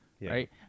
right